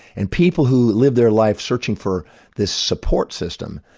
and people who live their life searching for this support system,